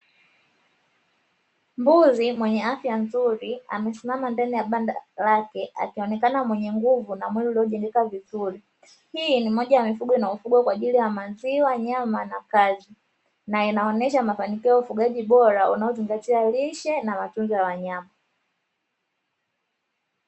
Mbuzi mwenye afya nzuri amesimama ndani ya banda lake akionekana mwenye nguvu na mwili uliojengeka vizuri. Hii ni moja ya mifugo inayofugwa kwa ajili ya maziwa, nyama na kazi na inaonyesha mafanikio ya ufugaji bota unaozingatia lishe na matunzo ya wanyama.